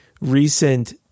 recent